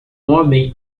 homem